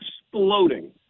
exploding